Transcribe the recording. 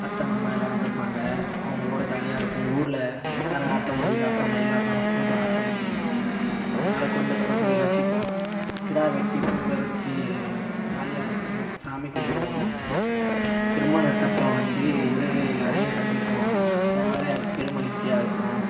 அத்த மாமா எல்லாம் வந்திருப்பாங்க அவங்களோட ஜாலியாக இருக்கும் ஊரில் கரகாட்டம் ஒயிலாட்டம் மயிலாட்டம் போன்ற ஆட்டமெலாம் நடக்கும் அதனால குடும்பத்தோட போய் ரசிப்போம் கிடா வெட்டி பொங்கல் வச்சு ஜாலியாக இருக்கும் சாமி கும்பிடுவோம் திருமணத்தப்போ வந்து உறவினர் எல்லாேரையும் சந்திப்போம் அதனால் பெரும் மகிழ்ச்சியாக இருக்கும்